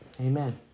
Amen